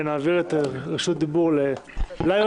ונעביר את רשות הדיבור ליועצת המשפטית.